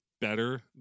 better